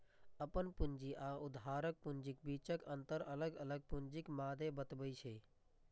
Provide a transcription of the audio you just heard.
अपन पूंजी आ उधारक पूंजीक बीचक अंतर अलग अलग पूंजीक मादे बतबै छै